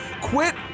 Quit